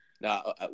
No